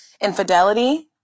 infidelity